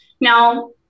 Now